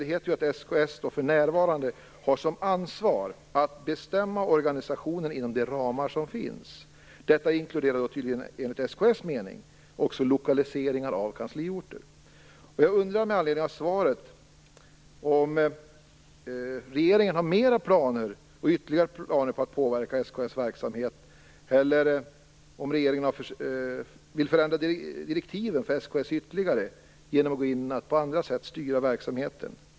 Det heter ju att SKS för närvarande har som ansvar att bestämma organisationen inom de ramar som finns. Detta inkluderar tydligen enligt SKS mening också lokalisering av kansliorter. Jag undrar med anledning av svaret om regeringen har ytterligare planer på att påverka SKS verksamhet eller om regeringen vill förändra direktiven för SKS ytterligare genom att gå in och på andra sätt styra verksamheten?